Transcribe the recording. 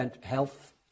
health